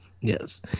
Yes